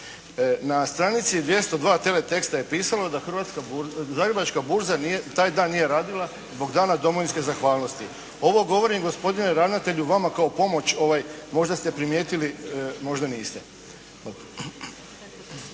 Na stranici 202 teletexta je pisalo da Zagrebačka burza taj dan nije radila zbog Dana domovinske zahvalnosti. Ovo govorim gospodine ravnatelju vama kao pomoć. Možda ste primijetili, možda niste.